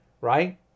right